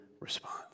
response